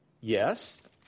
Yes